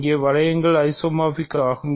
இவை வளையங்களாக ஐசோமார்பிக் ஆகும்